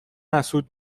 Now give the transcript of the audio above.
حسود